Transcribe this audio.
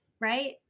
right